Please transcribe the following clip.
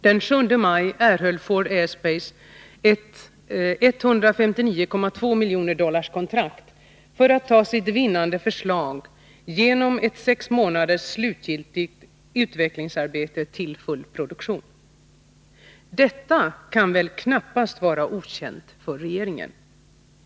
Den 7 maj erhöll Ford Aerospace ett kontrakt på 159,2 miljoner dollar för att ta sitt vinnande förslag genom ett sex månaders slutgiltigt utvecklingsarbete till full produktion. Detta kan väl knappast vara okänt för regeringen.